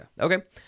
okay